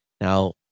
Now